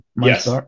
Yes